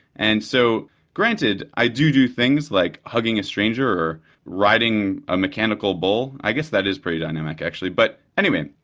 and so granted, i do do things like hugging a stranger or riding a mechanical bull, i guess that is pretty dynamic actually but anyway,